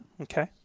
Okay